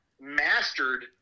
Mastered